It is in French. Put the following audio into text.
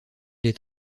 est